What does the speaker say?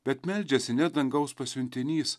bet meldžiasi ne dangaus pasiuntinys